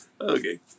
Okay